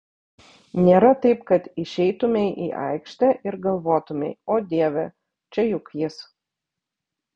nėra taip kad išeitumei į aikštę ir galvotumei o dieve čia juk jis